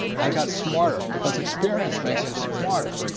i got smarter because experience makes you smarter.